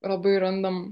labai randam